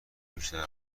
بیشتر